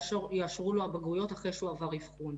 שיאושרו לו הבגרויות אחרי שהוא עבר אבחון.